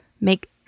make